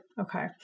Okay